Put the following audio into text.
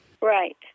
Right